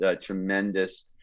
tremendous